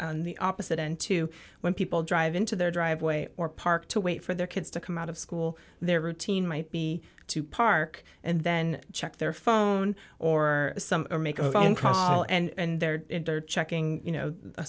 the opposite end to when people drive into their driveway or park to wait for their kids to come out of school their routine might be to park and then check their phone or some or make a phone call and they're checking you know a